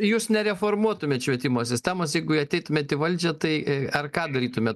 jūs nereformuotumėt švietimo sistemos jeigu ateitumėt į valdžią tai ar ką darytumėt